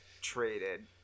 traded